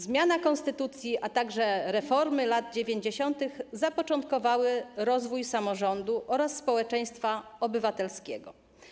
Zmiana konstytucji, a także reformy lat 90. zapoczątkowały rozwój samorządu oraz społeczeństwa obywatelskiego.